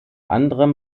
anderem